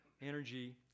energy